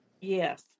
Yes